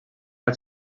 als